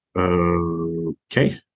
Okay